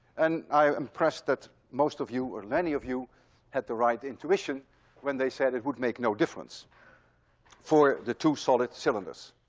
and i'm impressed that most of you or many of you had the right intuition when they said it would make no difference for the two solid cylinders.